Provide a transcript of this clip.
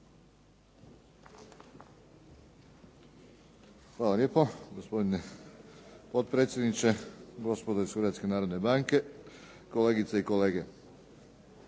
Hvala lijepo, gospodine potpredsjedniče. Gospodo iz Hrvatske narodne banke, kolegice i kolege.